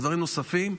ודברים נוספים,